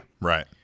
Right